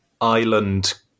island